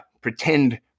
pretend